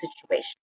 situation